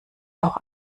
auch